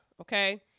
okay